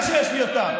בטח שיש לי אותן.